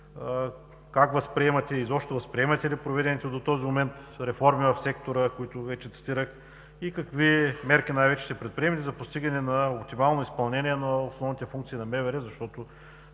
Как възприемате и изобщо възприемате ли проведените до този момент реформи в сектора, които вече цитирах и какви мерки най-вече ще предприемете за постигане на оптимално изпълнение на основните функции на МВР? Защото